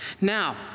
Now